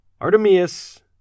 Artemius